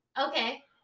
Okay